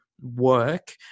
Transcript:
work